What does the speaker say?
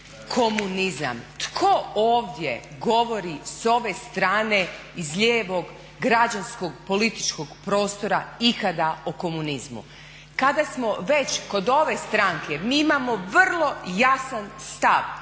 komunizam. Tko ovdje govori s ove strane, iz lijevog građanskog političkog prostora ikada o komunizmu? Kada smo već kod ove stranke mi imamo vrlo jasan stav